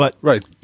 Right